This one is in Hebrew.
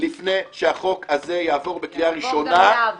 -- לפני שהחוק הזה יעבור הזה בקריאה ראשונה,